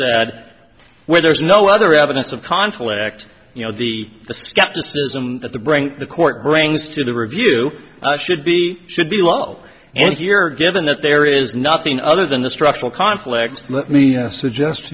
that where there is no other evidence of conflict you know the skepticism that the bring the court brings to the review should be should be low and here given that there is nothing other than the structural conflict let me suggest to